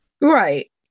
right